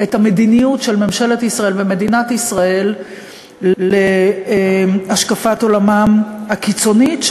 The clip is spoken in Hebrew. את המדיניות של ממשלת ישראל ומדינת ישראל להשקפת עולמם הקיצונית,